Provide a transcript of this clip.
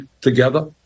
together